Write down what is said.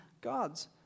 God's